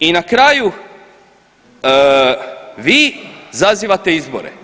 I na kraju, vi zazivate izbore.